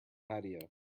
patio